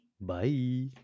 bye